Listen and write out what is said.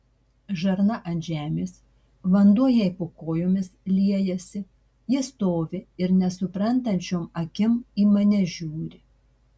žarna ant žemės vanduo jai po kojomis liejasi ji stovi ir nesuprantančiom akim į mane žiūri